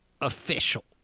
official